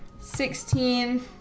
sixteen